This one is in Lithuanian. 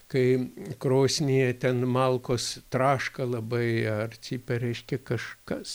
kai krosnyje ten malkos traška labai ar cypia reiškia kažkas